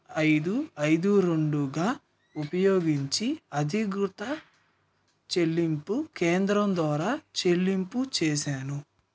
ఐదు ఐదు రెండుగా ఉపయోగించి అధికృత చెల్లింపు కేంద్రం ద్వారా చెల్లింపు చేసాను